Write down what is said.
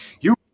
you-